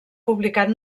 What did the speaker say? publicat